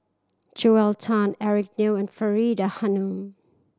Joel Tan Eric Neo and Faridah Hanum